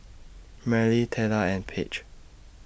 Merle Teela and Page